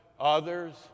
others